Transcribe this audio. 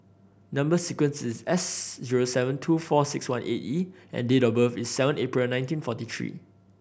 number sequence is S zero seven two four six one eight E and date of birth is seven April nineteen forty three